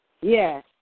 Yes